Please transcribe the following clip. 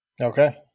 Okay